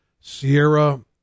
Sierra